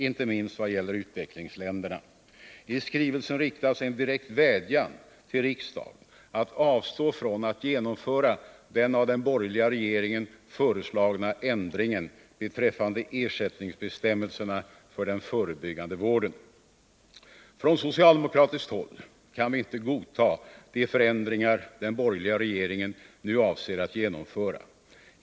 inte minst i vad gäller utvecklingsländerna. I skrivelsen riktas en direkt vädjan till riksdagen att avstå från att genomföra den av den borgerliga regeringen föreslagna ändringen beträffande ersättningsbestämmelserna för den förebyggande vården. Från socialdemokratiskt håll kan vi inte godta de förändringar den borgerliga regeringen nu avser att genomföra.